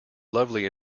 lovely